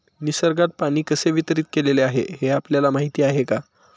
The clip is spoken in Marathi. निसर्गात पाणी कसे वितरीत केलेले आहे हे आपल्याला माहिती आहे का?